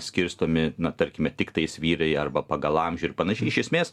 skirstomi na tarkime tiktais vyrai arba pagal amžių ir panašiai iš esmės